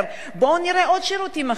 בואו נראה עוד שירותים אחרים,